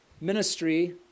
ministry